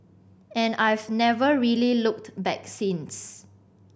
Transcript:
and I've never really looked back since